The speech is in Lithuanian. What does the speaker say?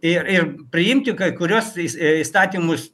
ir ir priimti kai kuriuos is įstatymus